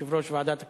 יושב-ראש ועדת הכלכלה,